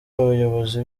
abayobozi